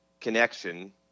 connection